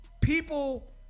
People